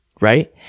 right